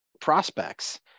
prospects